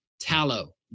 tallow